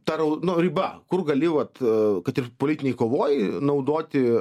ta rau nu riba kur gali vat a kad ir politinėj kovoj naudoti